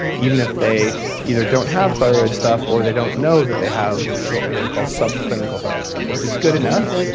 even if they don't have thyroid stuff or they don't know that they have what would they call sub-clinical thyroid stuff where it's good enough,